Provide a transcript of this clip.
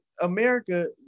America